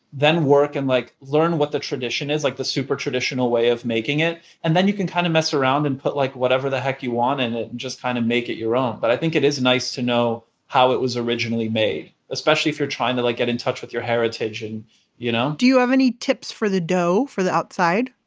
then work and like learn what the tradition is, like the super traditional way of making it. and then you can kind of mess around and put like whatever the heck you want in it and just kind of make it your own. but i think it is nice to know how it was originally made. especially if you're trying to like get in touch with your heritage. you know? do you have any tips for the dough for the outside?